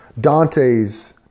Dante's